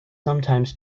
sometimes